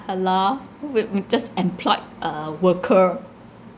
uh lor uh we mm just employed uh worker